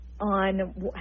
on